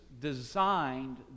designed